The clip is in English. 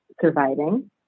surviving